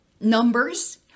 numbers